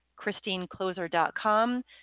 christinecloser.com